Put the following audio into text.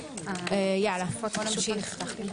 נמשיך.